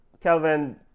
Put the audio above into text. Kelvin